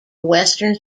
western